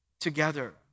together